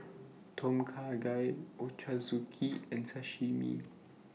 Tom Kha Gai Ochazuke and Sashimi